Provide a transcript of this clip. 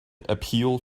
appeal